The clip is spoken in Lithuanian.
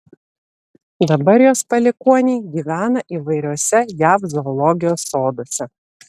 dabar jos palikuoniai gyvena įvairiuose jav zoologijos soduose